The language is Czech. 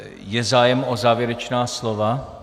Je zájem o závěrečná slova?